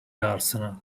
arsenal